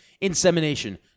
insemination